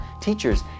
teachers